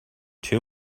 two